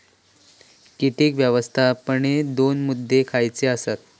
कीटक व्यवस्थापनाचे दोन मुद्दे खयचे आसत?